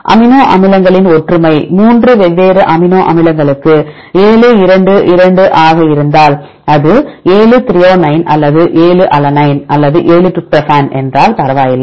amino அமிலங்களின் ஒற்றுமை 3 வெவ்வேறு அமினோ அமிலங்களுக்கு 7 2 2 ஆக இருந்தால் அது 7 த்ரோயோனைன் அல்லது 7 அலனைன் அல்லது 7 டிரிப்டோபான் என்றால் பரவாயில்லை